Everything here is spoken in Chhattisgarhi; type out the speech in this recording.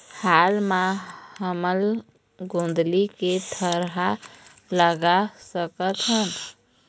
हाल मा हमन गोंदली के थरहा लगा सकतहन?